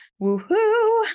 woohoo